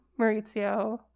Maurizio